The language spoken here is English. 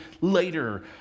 later